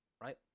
right